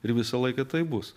ir visą laiką taip bus